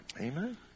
Amen